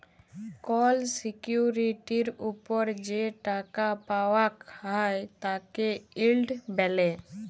call সিকিউরিটির ওপর যে টাকা পাওয়াক হ্যয় তাকে ইল্ড ব্যলে